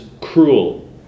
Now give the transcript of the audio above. cruel